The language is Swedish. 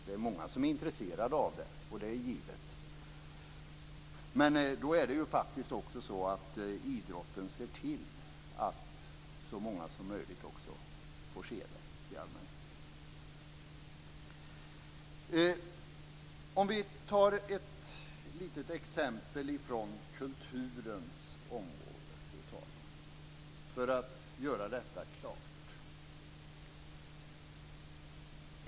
Det är många som är intresserade av det. Det är givet. Men då ser faktiskt idrotten i allmänhet till att så många som möjligt får se det. Fru talman! Om vi tar ett litet exempel från kulturens område för att göra detta klart.